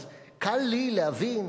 אז קל לי להבין,